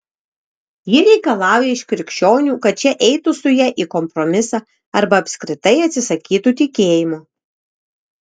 ji reikalauja iš krikščionių kad šie eitų su ja į kompromisą arba apskritai atsisakytų tikėjimo